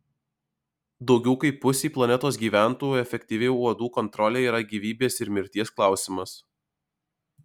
daugiau kaip pusei planetos gyventojų efektyvi uodų kontrolė yra gyvybės ir mirties klausimas